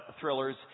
thrillers